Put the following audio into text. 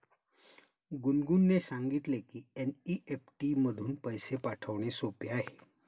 गुनगुनने सांगितले की एन.ई.एफ.टी मधून पैसे पाठवणे सोपे आहे